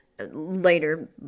later